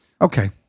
Okay